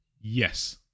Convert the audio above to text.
Yes